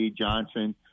Johnson